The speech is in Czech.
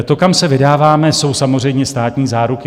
To, kam se vydáváme, jsou samozřejmě státní záruky.